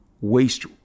waste